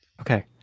Okay